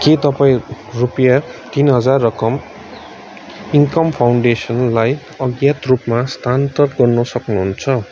के तपाईँ रुपियाँ तिन हजार रकम इनकन फाउन्डेसनलाई अज्ञात रूपमा स्थानान्तर गर्न सक्नुहुन्छ